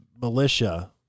militia